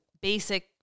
basic